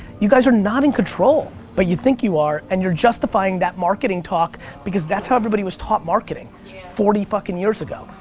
you guys are not in control, but you think you are, and you're justifying that marketing talk because that's how everybody was taught marketing forty fucking years ago.